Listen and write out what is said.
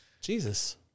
Jesus